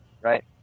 Right